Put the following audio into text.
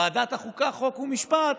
ועדת החוקה, חוק ומשפט,